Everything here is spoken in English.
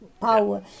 power